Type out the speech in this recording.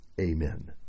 amen